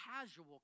casual